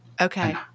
Okay